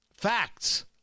Facts